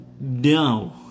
No